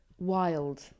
Wild